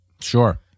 Sure